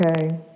okay